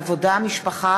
סתיו שפיר,